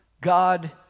God